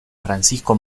francisco